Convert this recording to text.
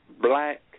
black